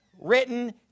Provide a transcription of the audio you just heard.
written